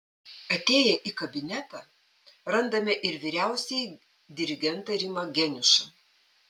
atėję į kabinetą randame ir vyriausiąjį dirigentą rimą geniušą